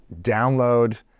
download